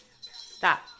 Stop